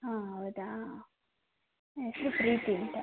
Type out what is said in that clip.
ಹಾಂ ಹೌದಾ ಹೆಸ್ರು ಪ್ರೀತಿ ಅಂತ